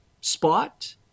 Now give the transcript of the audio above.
spot